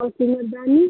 और सिंगल दानी